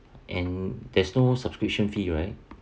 and there's no subscription fee right